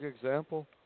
example